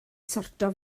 sortio